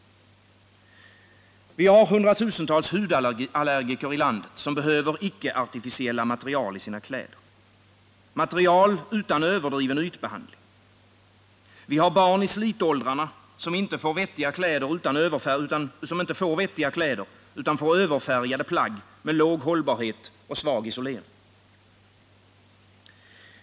Vi har hundratusentals hudallergiker i landet, som behöver icke-artificiella material i sina kläder, material utan överdriven ytbehandling. Vi har barn i slitåldrarna, som inte får vettiga kläder utan överfärgade plagg med låg hållbarhet och svag isolering.